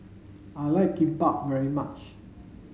I like Kimbap very much